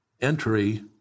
entry